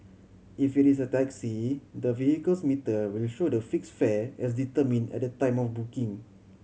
if it is a taxi the vehicle's meter will show the fixed fare as determined at the time of booking